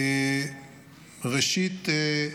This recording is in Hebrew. ראשית,